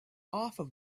off